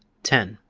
ten.